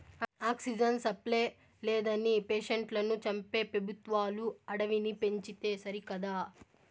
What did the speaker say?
oxygen supply లేదని పేషెంట్లను చంపే పెబుత్వాలు అడవిని పెంచితే సరికదా